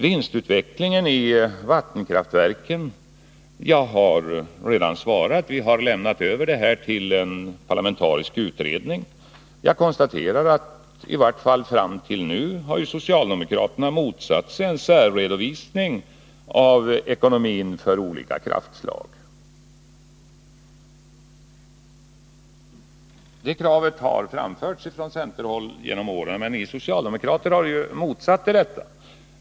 Vinstutvecklingen i vattenkraftverken — jag har redan svarat att vi har lämnat över den frågan till en parlamentarisk utredning. Jag konstaterar att socialdemokraterna i varje fall fram till nu har motsatt sig en särredovisning av ekonomin för olika kraftslag. Det kravet har framförts från centerhåll genom åren, men ni socialdemokrater har gått emot det.